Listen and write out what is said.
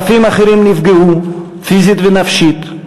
אלפים אחרים נפגעו פיזית ונפשית,